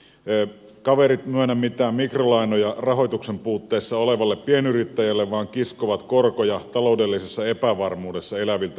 eivät nämä kaverit myönnä mitään mikrolainoja rahoituksen puutteessa olevalle pienyrittäjälle vaan kiskovat korkoja taloudellisessa epävarmuudessa eläviltä ihmisiltä